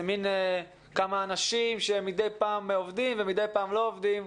מין כמה אנשים שמדי פעם עובדים ומדי פעם לא עובדים.